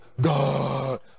God